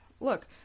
look